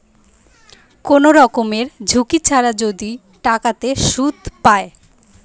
কোন রকমের ঝুঁকি ছাড়া যদি টাকাতে সুধ পায়